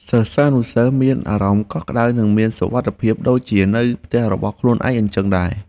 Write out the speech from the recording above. សិស្សានុសិស្សមានអារម្មណ៍កក់ក្តៅនិងមានសុវត្ថិភាពដូចជានៅផ្ទះរបស់ខ្លួនឯងអញ្ចឹងដែរ។